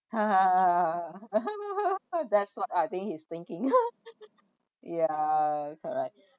that's what I think he's thinking ya correct